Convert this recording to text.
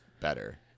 better